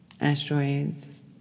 asteroids